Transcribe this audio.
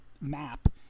map